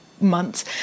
months